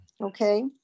Okay